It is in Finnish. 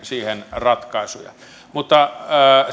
ratkaisuja mutta